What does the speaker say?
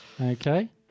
Okay